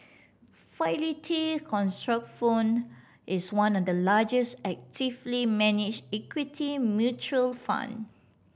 Fidelity Contrafund is one of the largest actively manage equity mutual fund